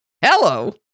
Hello